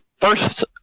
first